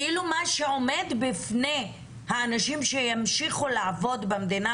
כאילו מה שעומד בפני האנשים שימשיכו לעבוד במדינה